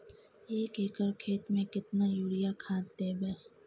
एक एकर खेत मे केतना यूरिया खाद दैबे?